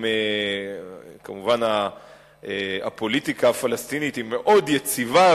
כמובן הפוליטיקה הפלסטינית היא מאוד יציבה,